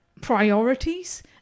priorities